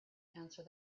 answer